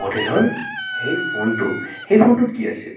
মডেলৰ সেই ফোনটো সেই ফোনটোত কি আছিল